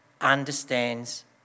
understands